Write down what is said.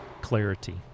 clarity